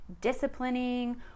disciplining